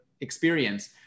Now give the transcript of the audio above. experience